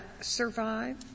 survive